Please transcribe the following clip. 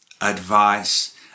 advice